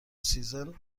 سیزن